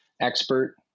expert